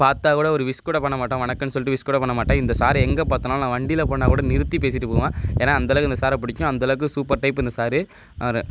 பார்த்தா கூட ஒரு விஷ் கூட பண்ண மாட்டேன் வணக்கன் சொல்லிட்டு விஷ் கூட பண்ண மாட்டேன் இந்த சாரு எங்கே பார்த்தனாலும் நான் வண்டியில போனா கூட நிறுத்தி பேசிவிட்டு போவேன் ஏன்னா அந்த அளவுக்கு அந்த சாரை பிடிக்கும் அந்த அளவுக்கு சூப்பர் டைப் இந்த சாரு அவரு